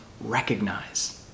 recognize